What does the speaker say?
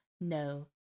no